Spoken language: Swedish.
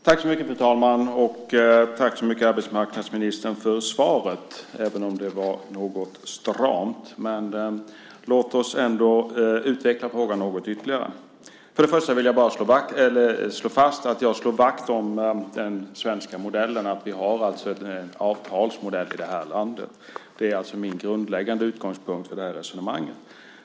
Fru talman! Jag vill tacka arbetsmarknadsministern så mycket för svaret, även om det var något stramt. Låt oss ändå utveckla frågan något ytterligare. Först och främst vill jag slå fast att jag slår vakt om den svenska modellen och att vi har en avtalsmodell här i landet. Det är min grundläggande utgångspunkt för resonemanget.